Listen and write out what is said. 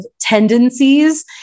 tendencies